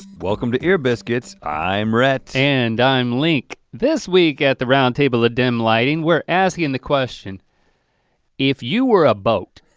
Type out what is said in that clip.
welcome to ear biscuits, i'm rhett. and i'm link. this week at the round table of dim lighting, we're asking the question if you were a boat,